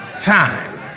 time